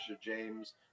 James